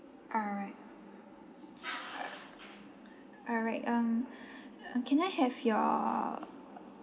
alright err alright um um can I have your